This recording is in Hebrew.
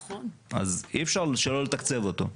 אז אי אפשר שלא לתקצב אותו.